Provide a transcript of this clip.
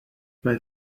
bei